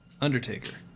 Undertaker